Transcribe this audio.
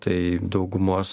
tai daugumos